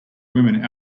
woman